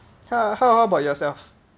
how how about yourself